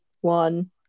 one